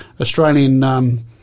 Australian